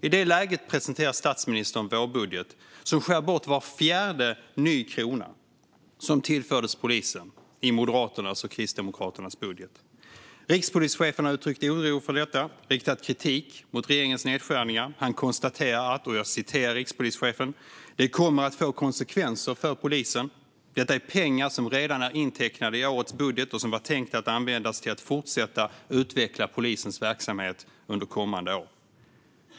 I det läget presenterar statsministern en vårbudget där man skär bort var fjärde ny krona som tillfördes polisen i Moderaternas och Kristdemokraternas budget. Rikspolischefen har uttryckt oro för detta och har riktat kritik mot regeringens nedskärningar. Han konstaterar: "Det kommer att få konsekvenser för Polisen. Detta är pengar som redan är intecknade i årets budget och som var tänkta att användas till att fortsätta utveckla polisens verksamhet under kommande år."